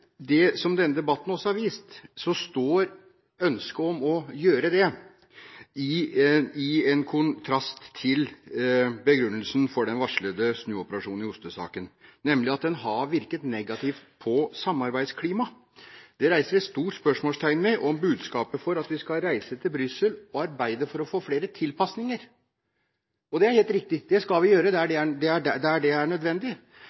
som denne debatten også har vist, står ønsket om å gjøre det i kontrast til begrunnelsen for den varslede snuoperasjonen i ostesaken, nemlig at den har virket negativt på samarbeidsklimaet. Det setter et stort spørsmålstegn ved budskapet om at vi skal reise til Brussel og arbeide for å få flere tilpasninger – og det er helt riktig, det skal vi gjøre der det er nødvendig.